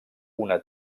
una